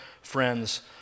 friends